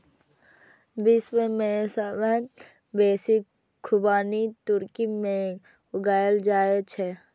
विश्व मे सबसं बेसी खुबानी तुर्की मे उगायल जाए छै